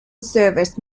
service